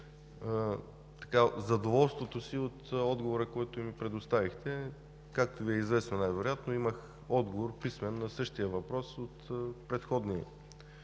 изразя задоволството си от отговора, който ми предоставихте. Както Ви е известно най-вероятно, имах писмен отговор на същия въпрос от предходни